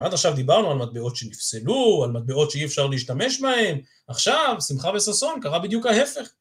עד עכשיו דיברנו על מטבעות שנפסלו, על מטבעות שאי אפשר להשתמש בהן, עכשיו, שמחה וששון, קרה בדיוק ההפך.